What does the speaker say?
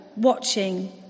watching